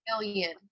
million